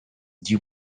dew